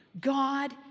God